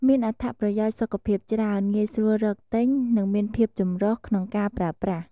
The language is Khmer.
មានអត្ថប្រយោជន៍សុខភាពច្រើន ងាយស្រួលរកទិញ និងមានភាពចម្រុះក្នុងការប្រើប្រាស់។